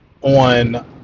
on